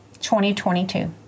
2022